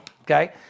Okay